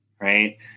right